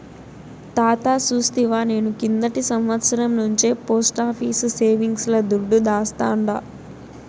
తాతా సూస్తివా, నేను కిందటి సంవత్సరం నుంచే పోస్టాఫీసు సేవింగ్స్ ల దుడ్డు దాస్తాండా